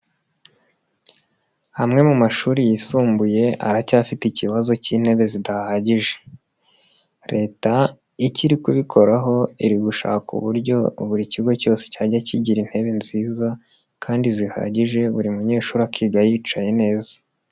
Amwe mu mashuri yisumbuye aracyafite ikibazo k'intebe zidahagije, Leta icyo iri kubikoraho iri gushaka uburyo buri kigo cyose cyajya kigira intebe nziza kandi zihagije buri munyeshuri akiga yicaye neza.